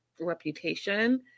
reputation